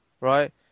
Right